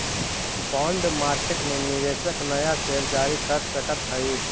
bond market में निवेशक नया शेयर जारी कर सकऽ हई